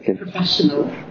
professional